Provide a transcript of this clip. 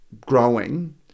growing